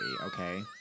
Okay